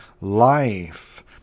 life